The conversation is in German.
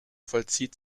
vollzieht